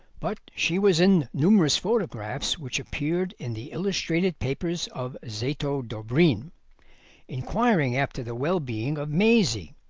but she was in numerous photographs which appeared in the illustrated papers of zoto dobreen inquiring after the well-being of maisie,